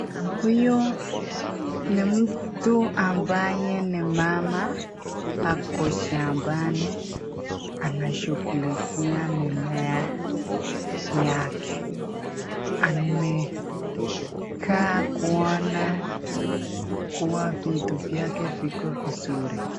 Huyu ni mtu ambaye ni mama, ako shambani anashugulikia mimea yake. Amekaa kuona kuwa vitu vyake viko vizuri.